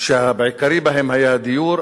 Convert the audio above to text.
שהעיקרי בהם היה הדיור,